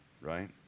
Right